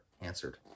answered